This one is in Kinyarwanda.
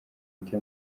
ite